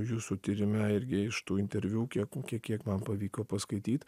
jūsų tyrime irgi iš tų interviu kiek kiek kiek man pavyko paskaityt